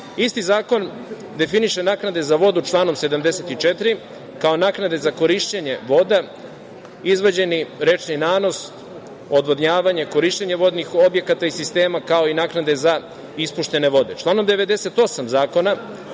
Isti zakon definiše naknade za vodu članom 74. kao naknade za korišćenje voda, izvađeni rečni nanos, odvodnjavanje, korišćenje vodnih objekata i sistema, kao i naknade za ispuštanje vode. Članom 98. zakona